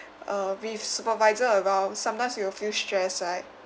uh with supervisor around sometimes you will feel stress right